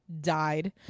died